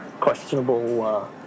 questionable